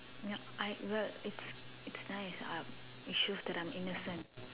yup I the it's it's nice it shows that I'm innocent